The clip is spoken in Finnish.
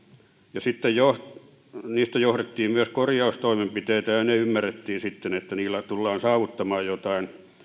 ja sitten siitä johdettiin myös korjaustoimenpiteitä ja ja ymmärrettiin sitten että niillä tullaan saavuttamaan jotain